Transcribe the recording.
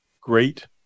great